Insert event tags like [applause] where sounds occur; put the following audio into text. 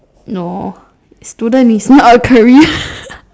no student is not a career [laughs]